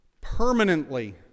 permanently